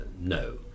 no